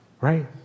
right